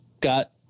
got